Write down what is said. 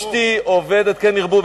כן ירבו.